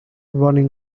running